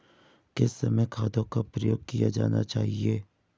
किस समय खादों का प्रयोग किया जाना चाहिए?